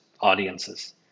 audiences